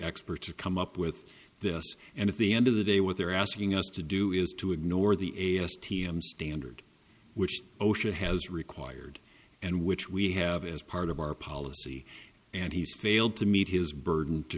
experts to come up with this and at the end of the day what they're asking us to do is to ignore the a s t m standard which osha has required and which we have as part of our policy and he's failed to meet his burden to